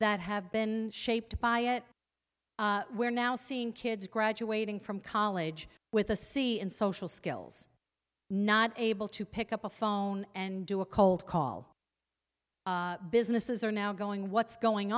that have been shaped by it we're now seeing kids graduating from college with a c in social skills not able to pick up a phone and do a cold call businesses are now going what's going